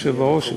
אדוני היושב-ראש,